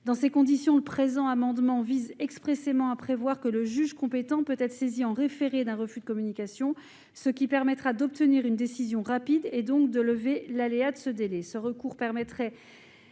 quelques années. Le présent amendement vise expressément à prévoir que le juge compétent peut être saisi en référé d'un refus de communication, ce qui permettra d'obtenir une décision rapide et donc de lever l'aléa du délai. Ce recours permettrait